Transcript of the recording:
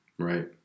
Right